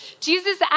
Jesus